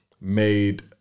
made